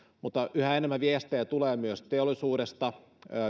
mutta yhä enemmän viestejä tulee myös teollisuudesta